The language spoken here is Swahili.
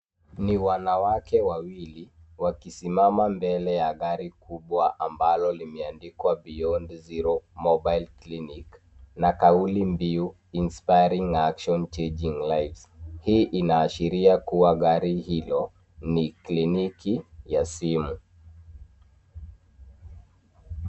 Ni wanawake wawili wakisimama mbele ya gari kubwa ambalo limeandikwa Beyond zero mobile clinic na kauli mbiu inspiring action changing lives . Hii inaashiria kuwa gari hilo ni kliniki ya simu.